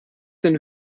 den